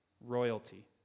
royalty